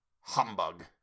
Humbug